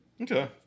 Okay